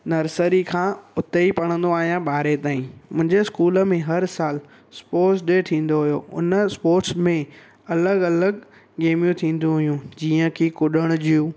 nursery खां उते ई पढ़ंदो आहियां ॿारहें ताईं मुंहिंजे स्कूल में हर सालु स्पोट्स डे थींदो हुयो उन स्पॉट्स में अलॻि अलॻि गेमियूं थींदियूं हुयूं जीअं की कुॾण जूं